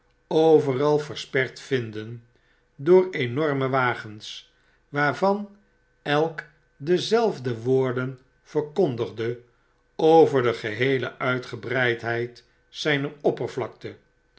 overal versperd vinden door enorme wagens waarvan elk dezelfde woorden verkondigde over de geheele uitgebreidheid zyner oppervlakte